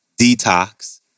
Detox